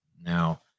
Now